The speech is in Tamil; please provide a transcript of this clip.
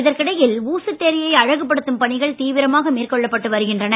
இதற்கிடையில் ஊசுட்டேரியை அழகுபடுத்தும் பணிகள் தீவிரமாக மேற்கொள்ளப்பட்டு வருகின்றன